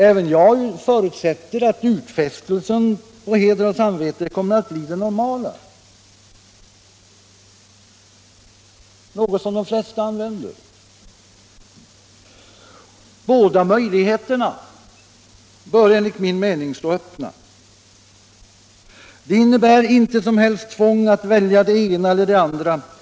Även jag förutsätter att utfästelsen på heder och samvete kommer att bli den normala formen, som de flesta kommer att använda. Båda möjligheterna bör enligt min mening stå öppna. Det innebär då inget tvång att välja det ena eller det andra alternativet.